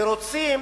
יש תירוצים.